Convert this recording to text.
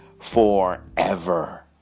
forever